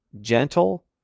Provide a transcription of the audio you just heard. gentle